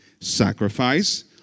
sacrifice